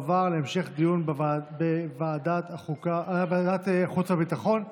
לוועדת החוץ והביטחון נתקבלה.